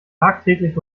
tagtäglich